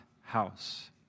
house